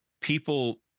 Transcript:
people